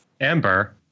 Amber